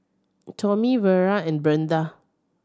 Tommie Vera and Brinda